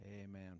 Amen